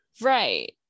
Right